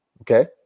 Okay